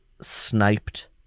sniped